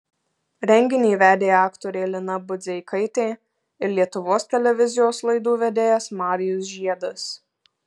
renginį vedė aktorė lina budzeikaitė ir lietuvos televizijos laidų vedėjas marijus žiedas